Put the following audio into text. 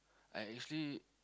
I actually